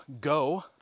Go